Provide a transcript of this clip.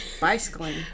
bicycling